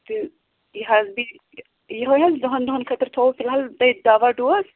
تہٕ یہِ حظ بیٚیہِ یہِ یِہے حظ دہَن دۄہَن خٲطرٕ تھوٚووٕ فِلحال تۄہہِ دوا ڈوز